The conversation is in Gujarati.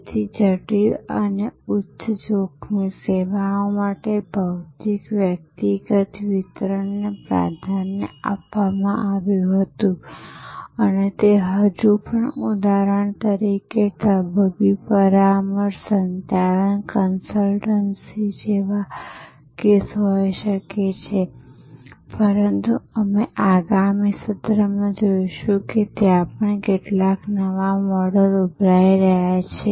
તેથી જટિલ અને ઉચ્ચ જોખમી સેવાઓ માટે ભૌતિક વ્યક્તિગત વિતરણને પ્રાધાન્ય આપવામાં આવ્યું હતું અને તે હજુ પણ ઉદાહરણ તરીકે તબીબી પરામર્શ સંચાલન કન્સલ્ટન્સી જેવા કેસ હોઈ શકે છે પરંતુ અમે આગામી સત્રમાં જોઈશું કે ત્યાં પણ કેટલાંક નવા મોડલ ઉભરી રહ્યાં છે